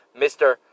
Mr